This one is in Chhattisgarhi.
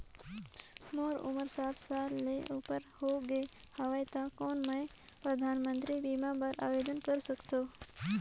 मोर उमर साठ साल ले उपर हो गे हवय त कौन मैं परधानमंतरी बीमा बर आवेदन कर सकथव?